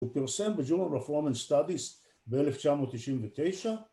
‫הוא פרסם ב-Journal of Performance Studies ‫ב-1999.